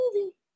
movie